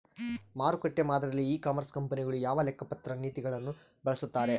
ಮಾರುಕಟ್ಟೆ ಮಾದರಿಯಲ್ಲಿ e commerce ಕಂಪನಿಗಳು ಯಾವ ಲೆಕ್ಕಪತ್ರ ನೇತಿಗಳನ್ನು ಬಳಸುತ್ತಾರೆ?